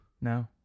No